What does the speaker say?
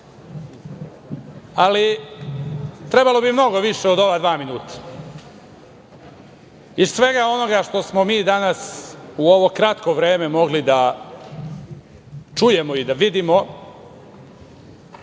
Trebalo bi mnogo više od ova dva minuta. Iz svega onoga što smo mi danas u ovo kratko vreme mogli da čujemo i da vidimo